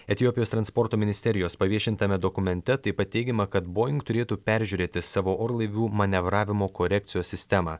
etiopijos transporto ministerijos paviešintame dokumente taip pat teigiama kad boeing turėtų peržiūrėti savo orlaivių manevravimo korekcijos sistemą